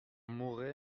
mourrai